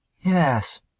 Yes